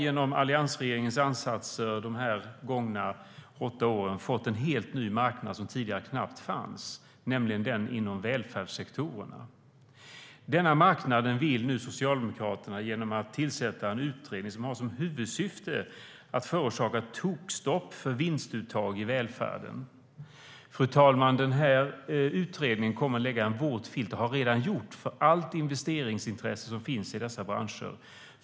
Genom alliansregeringens ansatser under de gångna åtta åren har vi fått en helt ny marknad som knappt fanns tidigare, nämligen inom välfärdssektorerna. Socialdemokraterna vill nu tillsätta en utredning av denna marknad, en utredning med huvudsyfte att förorsaka tokstopp för vinstuttag i välfärden. Fru talman! Utredningen kommer att lägga en våt filt över allt investeringsintresse som finns i dessa branscher. Det har den redan gjort.